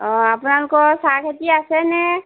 অঁ আপোনালোকৰ চাহ খেতি আছেনে